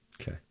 Okay